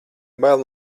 bail